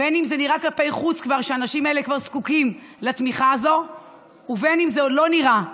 בין שכלפי חוץ נראה שהאנשים האלה זקוקים לתמיכה הזו ובין שזה לא נראה,